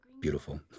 beautiful